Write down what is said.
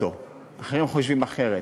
אחרים חושבים אחרת,